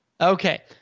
Okay